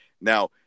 Now